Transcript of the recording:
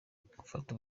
gufata